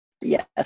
Yes